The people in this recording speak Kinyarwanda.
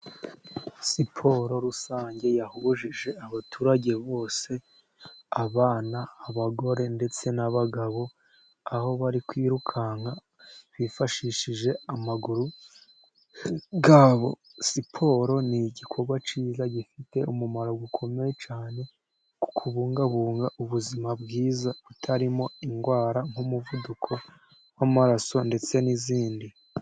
Siporo rusange yahubuje abaturage bose, abana, abagore, ndetse n'abagabo, aho bari kwirukanka bifashishije amaguru yabo. Siporo ni igikorwa cyiza gifite umumaro ukomeye cyane, kubungabunga ubuzima bwiza butarimo indwara nk'umuvuduko w'amaraso, ndetse n'izindi.